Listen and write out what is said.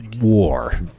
war